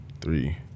three